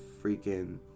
freaking